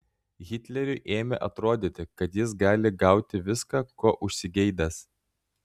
hitleriui ėmė atrodyti kad jis gali gauti viską ko užsigeidęs